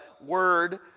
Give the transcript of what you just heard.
word